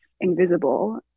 invisible